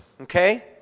okay